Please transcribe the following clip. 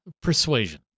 Persuasion